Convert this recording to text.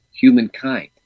humankind